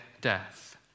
death